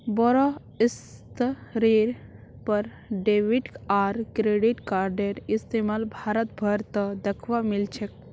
बोरो स्तरेर पर डेबिट आर क्रेडिट कार्डेर इस्तमाल भारत भर त दखवा मिल छेक